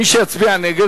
מי שיצביע נגד,